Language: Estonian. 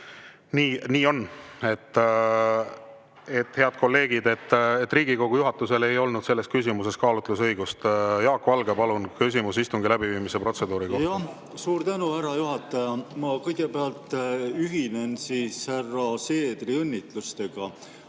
Nii on, head kolleegid. Riigikogu juhatusel ei olnud selles küsimuses kaalutlusõigust. Jaak Valge, palun, küsimus istungi läbiviimise protseduuri kohta! Suur tänu, härra juhataja! Ma kõigepealt ühinen härra Seederi õnnitlustega,